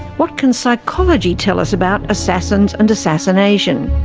what can psychology tell us about assassins and assassination?